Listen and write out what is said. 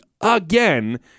again